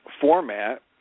format